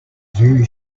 very